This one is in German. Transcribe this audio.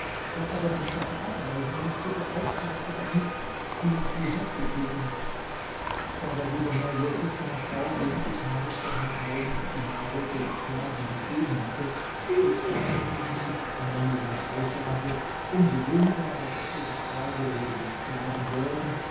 da aber mein gatte abreisen mußte beauftragte er mich sie hierher zu führen da der gouverneur wirklich seiner frau wenige tage vorher tausend dinare für sklaven gegeben hatte so zweifelte sie nicht an dalilahs aussage um so weniger als auf ihre frage wo denn die sklaven wären